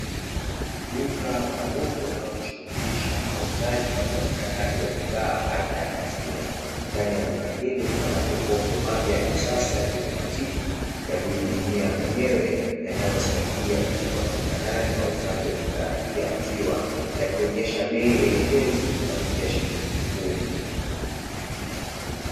Duka maalumu linalojishughulisha na uuzaji na upatikanaji wa bidhaa aina ya maziwa. Ndani ya duka hili kuna majokofu mapya ya kisasa ya kiautomatiki ya kujihudumia mwenyewe, yanayosaidia katika upatikanaji na uuzaji wa bidhaa hii ya maziwa, yakionesha bei elekezi kuanzia shilingi kumi.